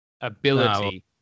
ability